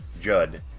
Judd